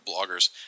Bloggers